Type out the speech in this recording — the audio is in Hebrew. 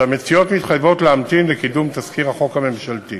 שהמציעות מתחייבות להמתין לקידום תזכיר החוק הממשלתי.